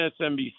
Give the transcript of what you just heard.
MSNBC